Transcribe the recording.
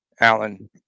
Allen